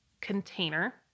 container